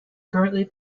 currently